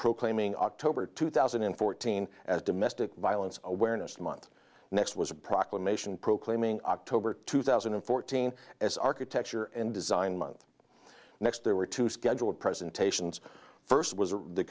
proclaiming october two thousand and fourteen as domestic violence awareness month next was a proclamation proclaiming october two thousand and fourteen as architecture and design month next there were two scheduled presentations first was the